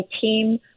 team